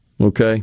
okay